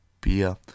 beer